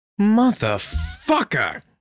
Motherfucker